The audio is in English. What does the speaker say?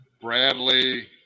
Bradley